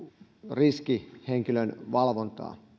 riskihenkilön valvontaan